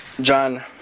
John